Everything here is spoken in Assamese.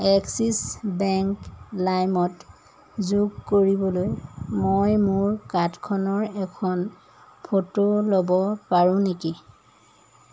এক্সিছ বেংক লাইমত যোগ কৰিবলৈ মই মোৰ কাৰ্ডখনৰ এখন ফটো ল'ব পাৰোঁ নেকি